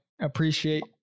appreciate